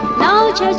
knowledge